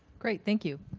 great, thank you.